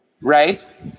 Right